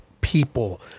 people